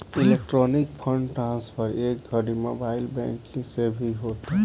electronic fund transfer ए घड़ी mobile banking से भी होता